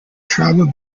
tribal